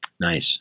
Nice